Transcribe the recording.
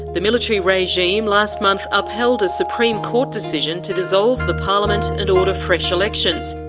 the military regime last month upheld a supreme court decision to dissolve the parliament and order fresh elections.